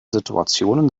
situationen